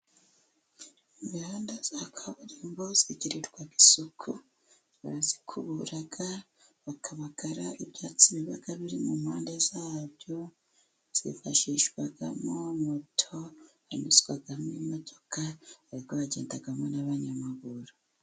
Imihanda ya kaburimbo igirirwa amasuku barayikubura, bakabagara ibyatsi biba biri mu mpande yabyo, yifashishwamo moto hanyuzwamo imodoka haba hagendwamo n'abanyamaguru.